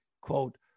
quote